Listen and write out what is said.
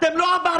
אתם לא עברתם.